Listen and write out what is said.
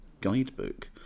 Guidebook